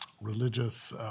religious